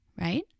right